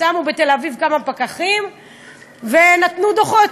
שמו בתל-אביב כמה פקחים ונתנו דוחות,